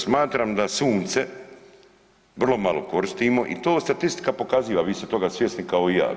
Smatram da sunce vrlo malo koristimo i to statistika pokaziva vi ste toga svjesni kao i ja.